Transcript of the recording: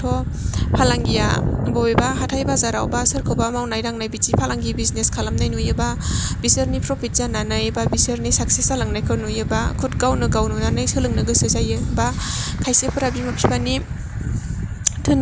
फालांगिनि बिथिङाव बुङोबाथ' फालांगिया बबेबा हाथाइ बाजाराव बा सोरखौबा मावनाय दांनाय बिदि फालांगि बिजिनेस खालामनाय नुयोबा बिसोरनि प्रफिट जानानै बा बिसोरनि साकसेस जालांनायखौ नुयोबा खुद गावनो गाव नुनानै सोलोंनो गोसो जायो बा खायसेफोरा बिमा फिफािनि